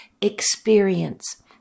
Experience